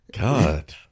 God